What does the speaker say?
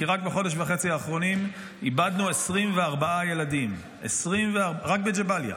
כי רק בחודש וחצי האחרונים איבדנו 24 ילדים רק בג'באליה.